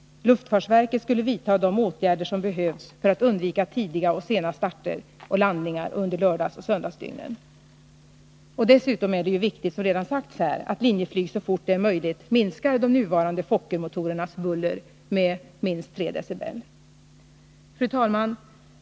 Luftfartsverket skulle vidta de åtgärder som behövs för att undvika tidiga och sena starter och landningar under lördagsoch söndagsdygnen. Dessutom är det ju viktigt, som redan har sagts här, att Linjeflyg så fort det är möjligt minskar de nuvarande Fokkermotorernas buller med minst 3dBA. Fru talman!